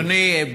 אדוני,